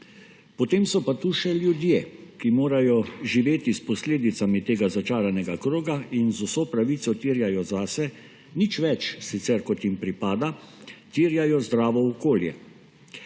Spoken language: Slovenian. Potem so pa tukaj še ljudje, ki morajo živeti s posledicami tega začaranega kroga in z vso pravico terjajo zase nič več sicer, kot jim pripada: terjajo zdravo okolje.